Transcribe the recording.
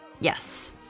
Yes